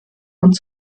und